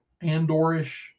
Andorish